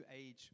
age